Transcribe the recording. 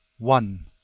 one.